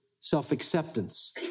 self-acceptance